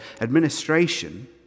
administration